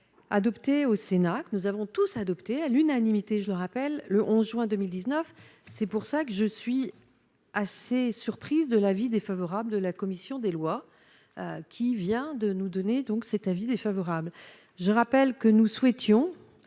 adoptée au Sénat, que nous avons tous à l'unanimité, je le rappelle, le 11 juin 2019, c'est pour ça que je suis assez surprise de l'avis défavorable de la commission des lois, qui vient de nous donner donc cet avis défavorable, je rappelle que nous souhaitions